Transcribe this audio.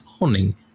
morning